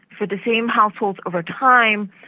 for the same households over time,